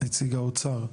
נציג האוצר,